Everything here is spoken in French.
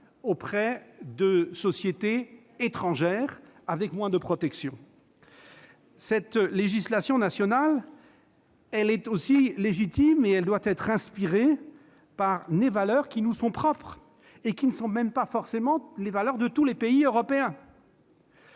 auprès de sociétés étrangères, avec moins de protections. Cette législation nationale est légitime et doit être inspirée par des valeurs qui nous sont propres et qui ne sont pas forcément celles de tous les pays européens.